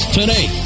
today